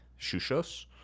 shushos